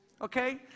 Okay